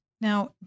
Now